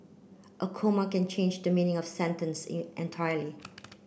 a comma can change the meaning of sentence entirely